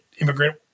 immigrant